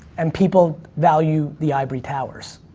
and people value the ivory towers,